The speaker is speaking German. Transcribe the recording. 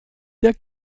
der